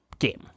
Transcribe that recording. game